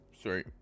sorry